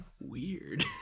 weird